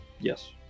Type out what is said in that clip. Yes